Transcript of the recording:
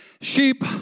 Sheep